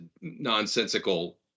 nonsensical